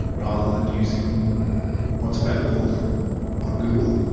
rather than using what's available on google.